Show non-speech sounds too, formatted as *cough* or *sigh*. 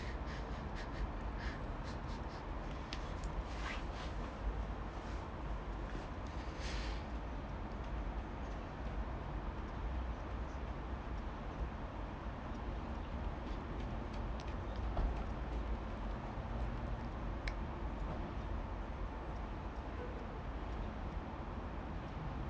*laughs*